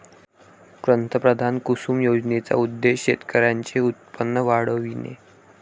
पंतप्रधान कुसुम योजनेचा उद्देश शेतकऱ्यांचे उत्पन्न वाढविणे